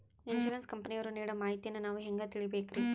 Insurance ಕಂಪನಿಯವರು ನೀಡೋ ಮಾಹಿತಿಯನ್ನು ನಾವು ಹೆಂಗಾ ತಿಳಿಬೇಕ್ರಿ?